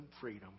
freedom